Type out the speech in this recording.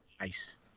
Nice